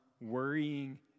worrying